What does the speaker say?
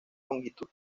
longitud